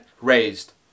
raised